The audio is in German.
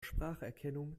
spracherkennung